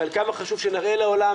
ועל כמה חשוב שנראה לעולם,